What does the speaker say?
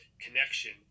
connection